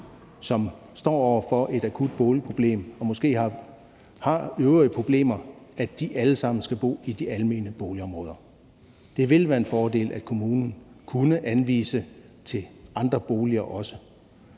som står over for et akut boligproblem og måske har øvrige problemer, skal bo i de almene boligområder. Det ville være en fordel, at kommunen også kunne anvise til andre boliger.